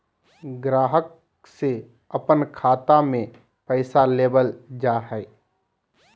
ग्राहक से अपन खाता में पैसा लेबल जा हइ